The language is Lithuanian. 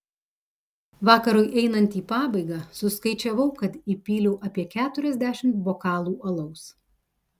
vakarui einant į pabaigą suskaičiavau kad įpyliau apie keturiasdešimt bokalų alaus